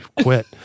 Quit